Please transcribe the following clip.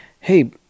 Hey